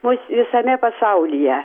mus visame pasaulyje